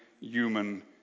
human